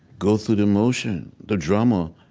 go through the motion, the drama,